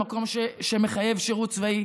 במקום שמחייב שירות צבאי.